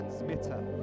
transmitter